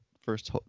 first